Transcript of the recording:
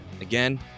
again